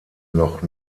noch